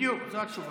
בדיוק, זאת התשובה.